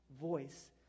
voice